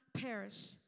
perish